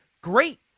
great